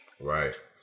Right